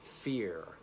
fear